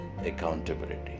accountability